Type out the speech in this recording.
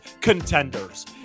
contenders